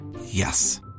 Yes